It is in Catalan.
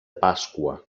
pasqua